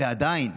ועדיין,